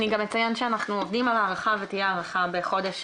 אני גם אציין שאנחנו עובדים על הארכה ותהיה הארכה בחודש.